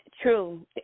True